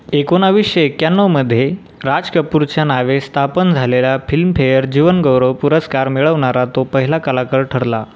एकोणवीसशे एक्याण्णवमध्ये राज कपूरच्या नावे स्थापन झालेला फिल्मफेअर जीवनगौरव पुरस्कार मिळवणारा तो पहिला कलाकार ठरला